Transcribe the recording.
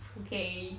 okay